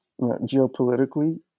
geopolitically